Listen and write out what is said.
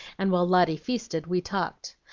and while lotty feasted, we talked.